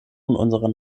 unserer